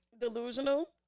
Delusional